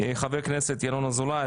חבר הכנסת ינון אזולאי,